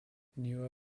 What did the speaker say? newer